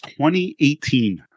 2018